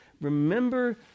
remember